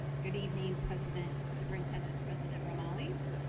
ah good evening president, superintendent president romali,